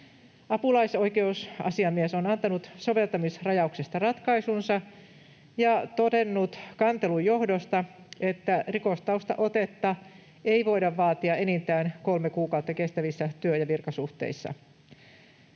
Apulaisoikeusasiamies on antanut soveltamisrajauksesta ratkaisunsa ja todennut kantelun johdosta, että rikostaustaotetta ei voida vaatia enintään kolme kuukautta kestävissä työ- ja virkasuhteissa.